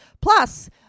Plus